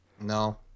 No